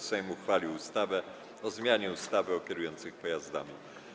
Sejm uchwalił ustawę o zmianie ustawy o kierujących pojazdami.